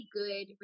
good